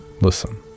listen